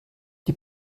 die